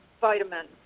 vitamins